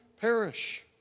perish